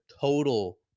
total